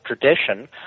tradition